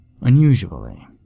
Unusually